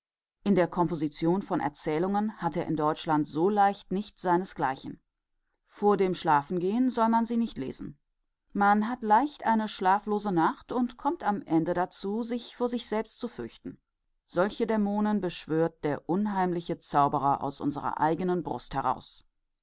in der komposition von erzählungen hat er in deutschland so leicht nicht seinesgleichen vor dem schlafengehen soll man sie nicht lesen man hat leicht eine schlaflose nacht und kommt am ende dazu sich vor sich selbst zu fürchten solche dämonen beschwört der unheimliche zauberer aus unserer eigenen brust heraus